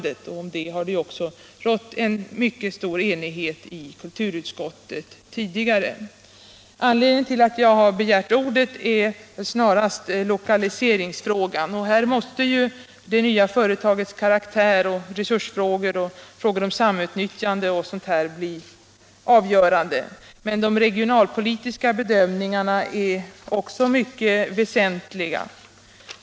Om denna inriktning av rundradioverksamheten har också rått en mycket stor enighet i kulturutskottet. Anledningen till att jag har begärt ordet är närmast lokaliseringsfrågan. Här måste det nya företagets karaktär, resursfrågor och frågor om samutnyttjande bli avgörande. Men de regionalpolitiska bedömningarna är också mycket väsentliga.